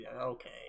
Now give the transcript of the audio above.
okay